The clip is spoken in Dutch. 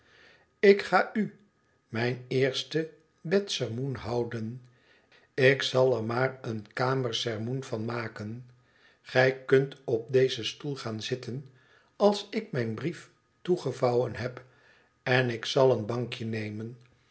ik ga u mijn eerste bedsermoen houden ik zal er maar een kamersermoen van maken gij kunt op dezen stoel gaan zitten als ik mijn brief toegevouwen heb en ik zal een bankje nemen